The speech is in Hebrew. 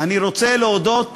אני רוצה להודות